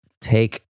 take